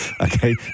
okay